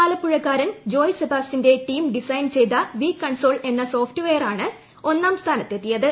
ആലപ്പുഴ്ക്കാ്ടരൻ ജോയ് സെബാസ്റ്റ്യന്റെ team design ചെയ്ത V console എന്ന സോഫ്റ്റ് വെയർ ആണ് ഒന്നാം സ്ഥാനത്തെത്തിയുത്